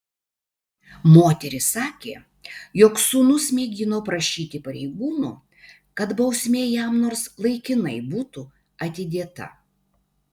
moteris sakė jog sūnus mėgino prašyti pareigūnų kad bausmė jam nors laikinai būtų atidėta